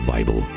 Bible